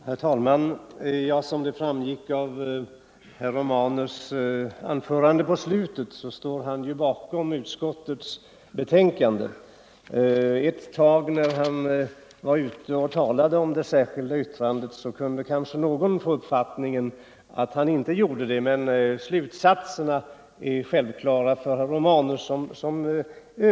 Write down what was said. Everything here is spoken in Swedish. Herr talman! Som framgick av slutet av herr Romanus” anförande står = vidareutbildade han bakom utskottets betänkande. Ett tag, när han talade om det särskilda — läkare, m.m. yttrandet, kunde kanske någon få uppfattningen att han inte ställde sig bakom betänkandet, men slutsatserna är självklara för herr Romanus.